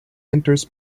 enters